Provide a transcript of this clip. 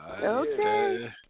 okay